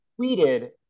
tweeted